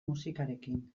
musikarekin